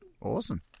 Awesome